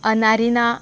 अनारिना